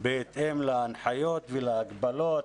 בהתאם להנחיות ולהגבלות,